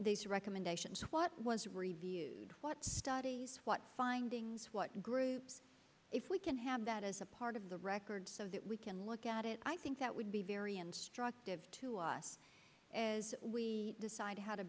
these recommendations what was reviewed what study what findings what group if we can have that as a part of the record so that we can look at it i think that would be very instructive to us as we decide how to